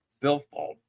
billfold